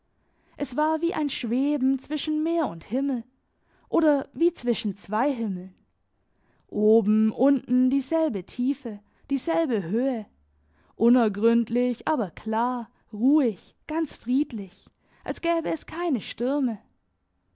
es war wie ein schweben zwischen meer und himmel oder wie zwischen zwei himmeln oben unten dieselbe tiefe dieselbe höhe unergründlich aber klar ruhig ganz friedlich als gäbe es keine stürme